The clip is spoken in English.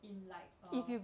in like err